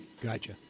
Gotcha